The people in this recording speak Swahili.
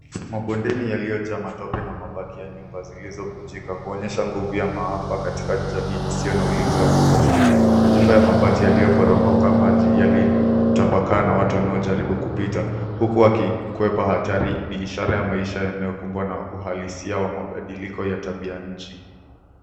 Mabondeni yaliyojaa matope na mabaki ya nyumba zilizovunjika, huonyesha nguvu ya maafa katika jamii isiyo na ulinzi wa kutosha. Majumba ya mabati yaliyoporomoka maji, yalitapakaa na watu wanaojaribu kupita huku wakikwepa hatari. Ni ishara ya maisha yanayokumbwa na uhalisia wa mabadiliko ya tabia nchi.